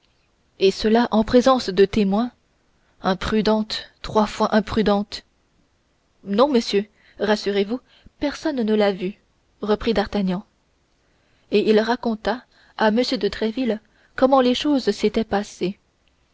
et cela en présence de témoins imprudente trois fois imprudente non monsieur rassurez-vous personne ne l'a vue reprit d'artagnan et il raconta à m de tréville comment les choses s'étaient passées